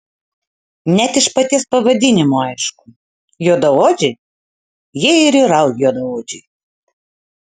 net iš paties pavadinimo aišku juodaodžiai jie ir yra juodaodžiai